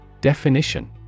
Definition